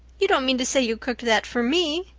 you don't mean to say you cooked that for me!